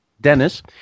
Dennis